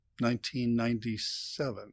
1997